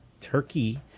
turkey